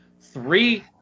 three